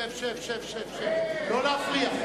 שב, שב, שב, לא להפריע.